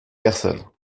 personnes